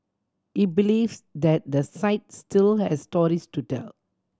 he believes that the site still has stories to tell